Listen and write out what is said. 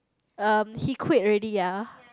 um he quit already ah